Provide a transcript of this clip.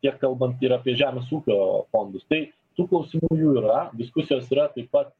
tiek kalbant ir apie žemės ūkio fondus tai tų klausimų jų yra diskusijos yra taip pat